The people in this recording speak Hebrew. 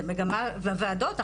זה מגמה בוועדות.